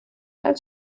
als